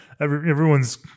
Everyone's